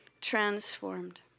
transformed